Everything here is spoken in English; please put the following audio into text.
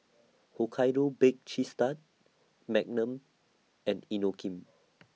Hokkaido Baked Cheese Tart Magnum and Inokim